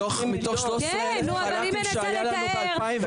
מתוך ה-13 אלף החל"תים שהיו לנו ב-2019,